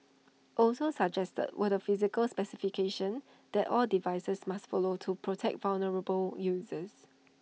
also suggested were the physical specifications that all devices must follow to protect vulnerable users